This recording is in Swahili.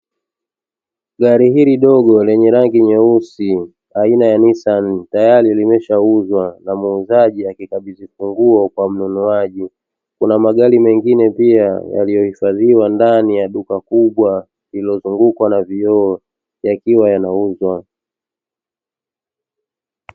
Gari hili dogo lenye rangi nyeusi aina ya Nissan, tayari limeshauzwa na muuzaji akikabizi funguo kwa mnunuaji. Kuna magari mengine pia yaliyo hifadhiwa ndani ya duka kubwa lililo zungukwa na vioo yakiwa yanauzwa.